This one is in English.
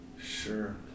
Sure